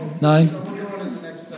Nine